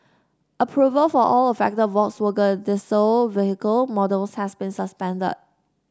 approval for all affected Volkswagen diesel vehicle models has been suspended